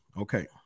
okay